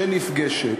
שנפגשת,